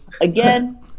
Again